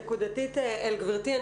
נקודתית אל גברתי.